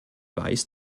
weiß